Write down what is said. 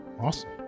Awesome